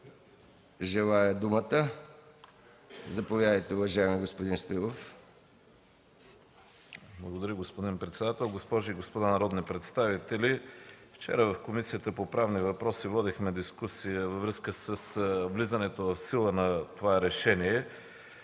желае думата. Заповядайте, уважаеми господин Стоилов. ЯНАКИ СТОИЛОВ (КБ): Благодаря, господин председател. Госпожи и господа народни представители! Вчера в Комисията по правни въпроси водихме дискусия във връзка с влизането в сила на това решение.